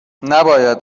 نباید